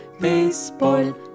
baseball